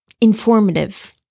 informative